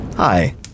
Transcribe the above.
Hi